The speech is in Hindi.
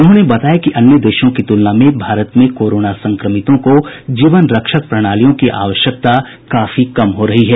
उन्होंने बताया कि अन्य देशों की तुलना में भारत में कोरोना संक्रमितों को जीवन रक्षक प्रणालियों की आवश्यकता काफी कम हो रही है